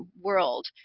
world